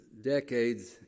decades